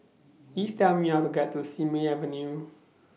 Please Tell Me How to get to Simei Avenue